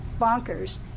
bonkers